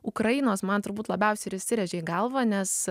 ukrainos man turbūt labiausiai ir įsirėžė į galvą nes